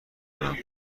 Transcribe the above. کنم